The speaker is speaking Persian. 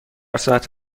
ساعت